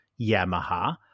Yamaha